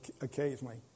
Occasionally